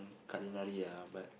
culinary ah but